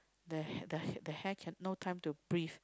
the hair the hair the hair have no time to breathe